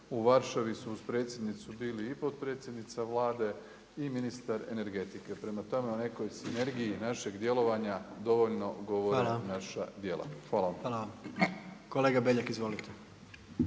u Varšavi su uz predsjednicu bili i potpredsjednica Vlade i ministar energetike. Prema tome u nekoj sinergiji našeg djelovanja dovoljno govore naša djela. **Jandroković, Gordan (HDZ)** Hvala vama. Kolega Beljak izvolite.